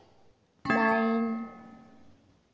nine